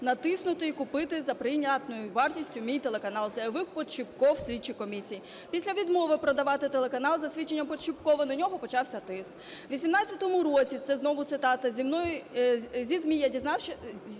натиснути і купити за прийнятною вартістю мій телеканал" – заявив Подщіпков слідчій комісії. Після відмови продавати телеканал, за свідченням Подщіпкова, на нього почався тиск. "У 18 році – це знову цитата – зі ЗМІ я дізнався,